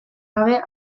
gabe